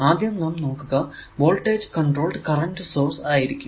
ആദ്യം നാം നോക്കുക വോൾടേജ് കൺട്രോൾഡ് കറന്റ് സോഴ്സ് ആയിരിക്കും